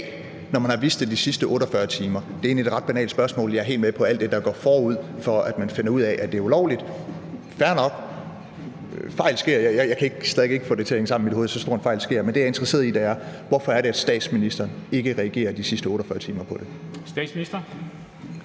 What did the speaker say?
når man har vidst det de sidste 48 timer? Det er egentlig et ret banalt spørgsmål. Jeg er helt med på alt det, der går forud for, at man finder ud af, at det er ulovligt – fair nok, fejl sker. Jeg kan stadig ikke få det til at hænge sammen i mit hoved, at så stor en fejl sker, men det, jeg er interesseret i, er, hvorfor det er, at statsministeren ikke har reageret de sidste 48 timer på det.